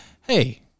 Hey